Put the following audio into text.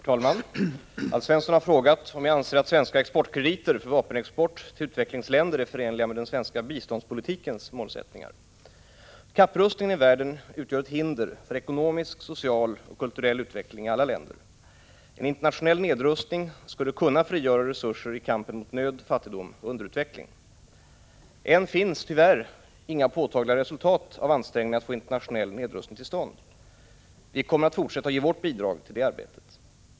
Herr talman! Alf Svensson har frågat om jag anser att svenska exportkrediter för vapenexport till utvecklingsländer är förenliga med den svenska biståndspolitikens målsättningar. Kapprustningen i världen utgör ett hinder för ekonomisk, social och kulturell utveckling i alla länder. En internationell nedrustning skulle kunna frigöra resurser i kampen mot nöd, fattigdom och underutveckling. Ännu finns tyvärr inga påtagliga resultat av ansträngningarna att få internationell nedrustning till stånd. Vi kommer att fortsätta att ge vårt bidrag till detta arbete.